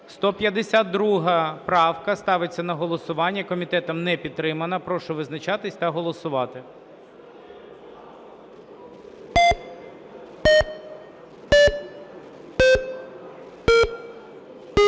152 правка ставиться на голосування. Комітетом не підтримана. Прошу визначатися та голосувати.